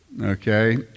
Okay